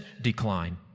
decline